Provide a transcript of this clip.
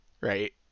right